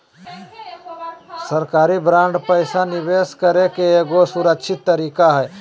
सरकारी बांड पैसा निवेश करे के एगो सुरक्षित तरीका हय